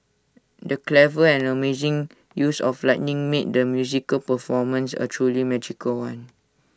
the clever and amazing use of lighting made the musical performance A truly magical one